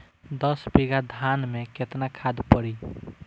दस बिघा धान मे केतना खाद परी?